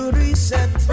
reset